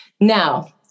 Now